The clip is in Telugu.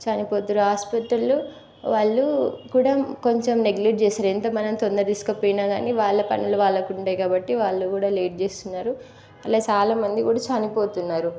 చనిపోతుర్రు ఆస్పత్రులు వాళ్ళు కూడా కొంచెం నెగ్లెట్ చేశారు ఎంతా మనం తొందరగా తీసుకు పోయినా కానీ వాళ్ళ పనులు వాళ్ళకు ఉంటాయి కాబట్టి వాళ్ళు కూడా లేట్ చేస్తున్నారు అట్లా చాలా మంది కూడా చనిపోతున్నారు